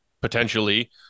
potentially